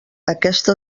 aquesta